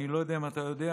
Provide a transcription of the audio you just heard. אני לא יודע אם אתה יודע,